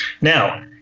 Now